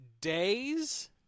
Days